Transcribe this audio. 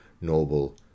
noble